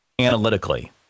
analytically